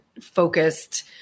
focused